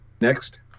Next